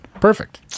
perfect